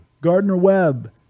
Gardner-Webb